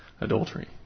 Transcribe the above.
Adultery